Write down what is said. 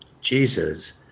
Jesus